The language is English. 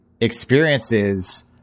experiences